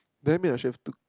then make a shade to